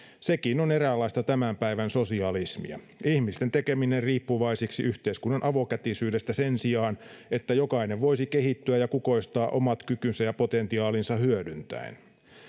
sekin on eräänlaista tämän päivän sosialismia ihmisten tekeminen riippuvaisiksi yhteiskunnan avokätisyydestä sen sijaan että jokainen voisi kehittyä ja kukoistaa omat kykynsä ja potentiaalinsa hyödyntäen